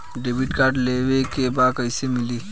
Debit card लेवे के बा कईसे मिली?